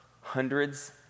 hundreds